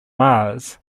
mars